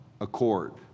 accord